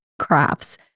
crafts